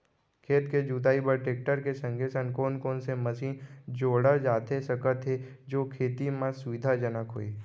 खेत के जुताई बर टेकटर के संगे संग कोन कोन से मशीन जोड़ा जाथे सकत हे जो खेती म सुविधाजनक होही?